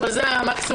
אבל זה היה המקסימום,